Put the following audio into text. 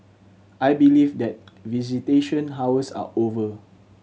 I believe that visitation hours are over